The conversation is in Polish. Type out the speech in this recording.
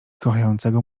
kochającego